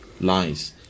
lies